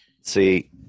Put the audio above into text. See –